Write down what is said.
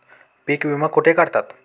पीक विमा कुठे काढतात?